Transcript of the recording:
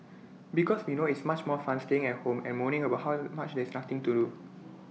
because we know it's much more fun staying at home and moaning about how much there's nothing to do